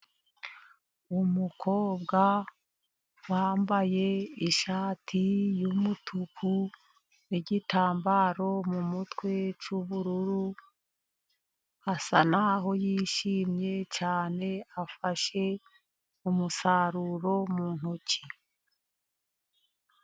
Umukobwa wambaye ishati y'umutuku n'igitambaro mu mutwe cy'ubururu, asa n'aho yishimye cyane afashe umusaruro mu ntoki.